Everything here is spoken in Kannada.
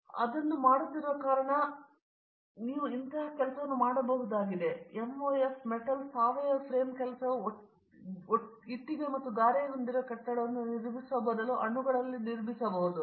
ವಿಶ್ವನಾಥನ್ ನೀವು ಅದನ್ನು ಕೈಯಲ್ಲಿ ಮಾಡುತ್ತಿರುವ ಕಾರಣ ಇಂಥ ಉದಾಹರಣೆಯನ್ನು ನೀವು ಮಾಡಬಹುದಾಗಿದೆ ಎಮ್ಒಎಫ್ ಮೆಟಲ್ ಸಾವಯವ ಫ್ರೇಮ್ ಕೆಲಸವು ಇಟ್ಟಿಗೆ ಮತ್ತು ಗಾರೆ ಹೊಂದಿರುವ ಕಟ್ಟಡವನ್ನು ನಿರ್ಮಿಸುವ ಬದಲು ಅಣುಗಳಲ್ಲಿ ನಿರ್ಮಿಸುತ್ತಿದೆ